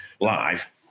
live